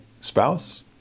spouse